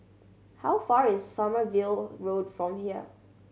how far s Sommerville Road from here